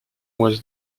was